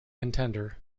contender